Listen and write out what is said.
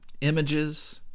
images